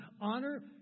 Honor